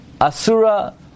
asura